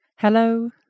Hello